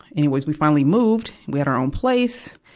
anyways, we finally moved. we had our own place.